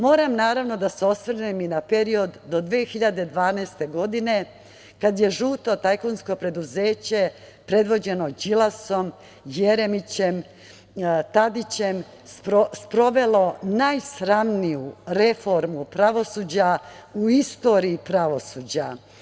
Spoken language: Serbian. Moram da se osvrnem i na period do 2012. godine kada je žuto tajkunsko preduzeće, predvođeno Đilasom, Jeremićem, Tadićem, sprovelo najsramniju reformu pravosuđa u istoriji pravosuđa.